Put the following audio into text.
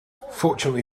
fortunately